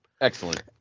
Excellent